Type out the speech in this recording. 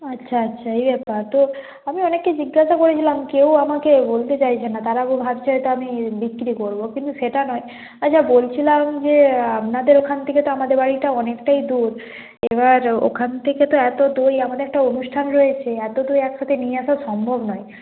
আচ্ছা আচ্ছা এই ব্যাপার তো আমি অনেককেই জিজ্ঞাসা করেছিলাম কেউ আমাকে বলতে চাইছে না তারা বো ভাবছে হয়তো আমি বিক্রি করব কিন্তু সেটা নয় আচ্ছা বলছিলাম যে আপনাদের ওখান থেকে তো আমাদের বাড়িটা অনেকটাই দূর এবার ওখান থেকে তো এত দই আমাদের একটা অনুষ্ঠান রয়েছে এত দই একসাথে নিয়ে আসা সম্ভব নয়